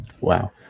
Wow